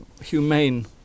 humane